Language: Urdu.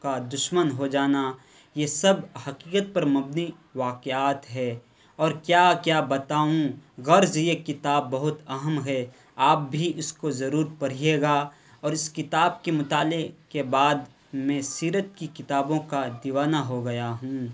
کا دشمن ہو جانا یہ سب حقیقت پر مبنی واقعات ہے اور کیا کیا بتاؤں غرض یہ کتاب بہت اہم ہے آپ بھی اس کو ضرور پڑھیے گا اور اس کتاب کے مطالعے کے بعد میں سیرت کی کتابوں کا دیوانہ ہو گیا ہوں